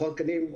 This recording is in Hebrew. מכון התקנים,